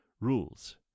rules